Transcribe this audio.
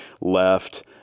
left